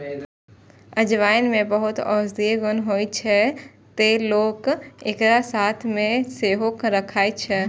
अजवाइन मे बहुत औषधीय गुण होइ छै, तें लोक एकरा साथ मे सेहो राखै छै